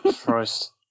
Christ